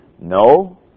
No